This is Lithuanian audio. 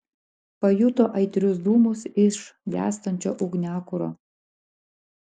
pajuto aitrius dūmus iš gęstančio ugniakuro